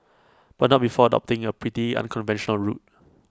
but not before adopting A pretty unconventional route